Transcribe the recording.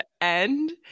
end